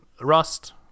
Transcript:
Rust